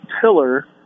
pillar